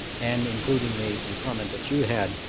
and including the the comment that you had,